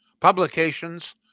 publications